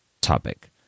topic